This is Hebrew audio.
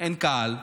אין קהל.